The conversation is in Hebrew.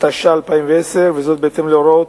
התש"ע 2010, וזאת בהתאם להוראות